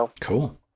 Cool